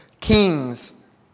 kings